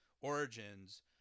origins